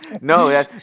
No